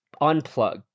unplug